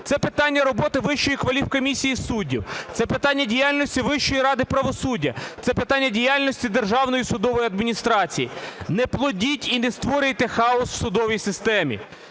Це питання роботи Вищої кваліфкомісії суддів. Це питання діяльності Вищої ради правосуддя. Це питання діяльності Державної судової адміністрації. Не плодіть і не створюйте хаос в судовій системі,